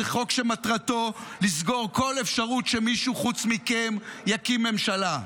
זה חוק שמטרתו לסגור כל אפשרות שמישהו חוץ מכם יקים ממשלה.